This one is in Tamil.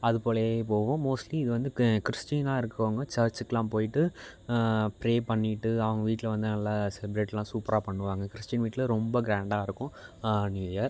அது போலயே போகும் மோஸ்ட்லி இது வந்து க கிறிஸ்டினா இருக்கறவங்க சர்ச்சுக்குலாம் போய்ட்டு ப்ரே பண்ணிவிட்டு அவங்க வீட்டில் வந்து நல்லா செலிப்ரேட்டுலாம் சூப்பராக பண்ணுவாங்க கிறிஸ்டின் வீட்டில் ரொம்ப கிராண்டா இருக்கும் நியூ இயர்